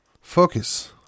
Focus